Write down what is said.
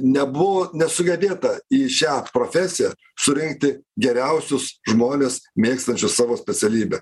nebuvo nesugebėta į šią profesiją surinkti geriausius žmones mėgstančius savo specialybę